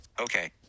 Okay